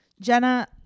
Jenna